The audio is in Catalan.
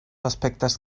aspectes